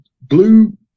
blue